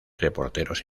reporteros